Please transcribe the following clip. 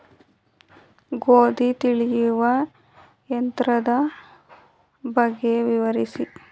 ಗೋಧಿ ತುಳಿಯುವ ಯಂತ್ರದ ಬಗ್ಗೆ ವಿವರಿಸಿ?